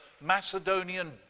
Macedonian